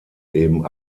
eben